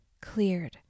cleared